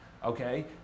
Okay